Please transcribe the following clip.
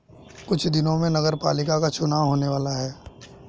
कुछ दिनों में नगरपालिका का चुनाव होने वाला है